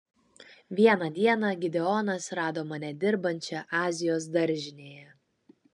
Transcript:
vieną dieną gideonas rado mane dirbančią azijos daržinėje